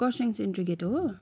Kurseong syndicate हो